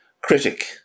critic